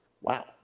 Wow